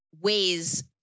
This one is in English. ways